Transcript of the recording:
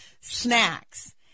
snacks